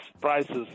prices